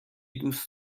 دوست